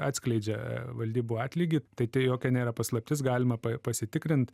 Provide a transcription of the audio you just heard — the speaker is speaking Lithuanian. atskleidžia valdybų atlygį tai tai jokia nėra paslaptis galima pa pasitikrint